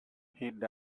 died